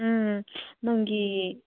ꯎꯝ ꯅꯪꯒꯤ